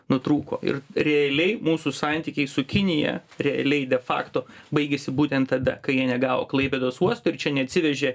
nutrūko ir realiai mūsų santykiai su kinija realiai de fakto baigėsi būtent tada kai jie negavo klaipėdos uosto ir čia neatsivežė